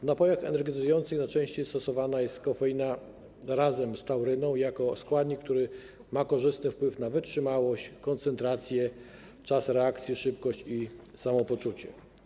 W napojach energetyzujących najczęściej stosowana jest kofeina razem z tauryną jako składnik, który ma korzystny wpływ na wytrzymałość, koncentrację, czas reakcji, szybkość i samopoczucie.